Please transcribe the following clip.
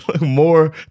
more